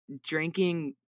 drinking